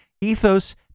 ethos